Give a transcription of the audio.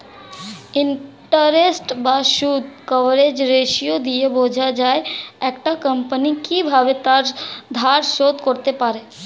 interest বা সুদ coverage ratio দিয়ে বোঝা যায় একটা কোম্পানি কিভাবে তার ধার শোধ করতে পারে